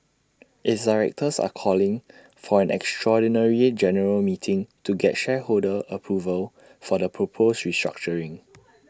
its directors are calling for an extraordinary general meeting to get shareholder approval for the proposed restructuring